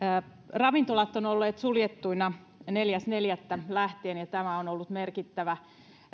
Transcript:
ravintolat ovat olleet suljettuina neljäs neljättä lähtien ja tämä on ollut merkittävä